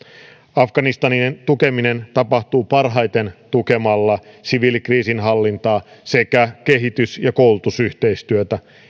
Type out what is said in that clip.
afganistanin tukeminen tapahtuu parhaiten tukemalla siviilikriisinhallintaa sekä kehitys ja koulutusyhteistyötä